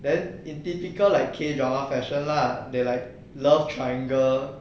then in typical like K drama session lah they like love triangle